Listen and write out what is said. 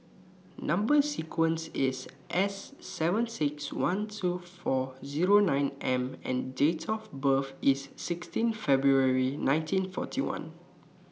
Number sequence IS S seven six one two four Zero nine M and Date of birth IS sixteen February nineteen forty one